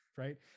Right